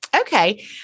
Okay